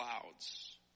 clouds